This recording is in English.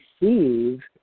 receive